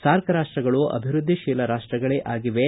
SAARC ರಾಷ್ಷಗಳು ಅಭಿವೃದ್ದಿಶೀಲ ರಾಷ್ಷಗಳೇ ಆಗಿವೆ